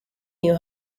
new